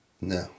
No